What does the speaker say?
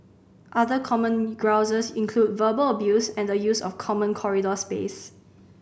other common grouses include verbal abuse and the use of common corridor space